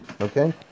Okay